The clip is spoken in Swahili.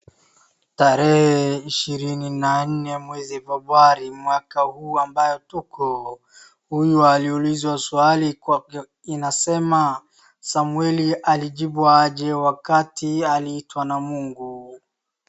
Tarehe ishirini na nne mwezi Februari mwaka huu ambayo tuko huuu aliulizwa swali inasema Sameuli alijibu aje wakati aliitwa na Mungu.